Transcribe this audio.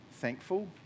thankful